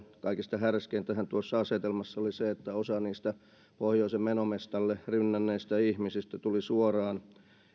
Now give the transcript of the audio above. kaikista härskeintähän tuossa asetelmassa oli se että osa niistä pohjoisen menomestalle rynnänneistä ihmisistä tuli suoraan